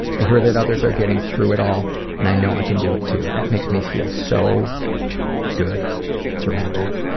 i hear that others are getting through it all and i know i can do it too. that makes me feel so good to read that.